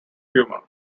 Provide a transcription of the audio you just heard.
humour